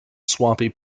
swampy